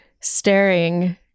staring